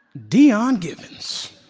dion givens,